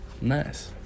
nice